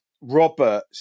Robert